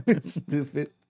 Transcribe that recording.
Stupid